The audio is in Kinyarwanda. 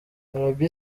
arabie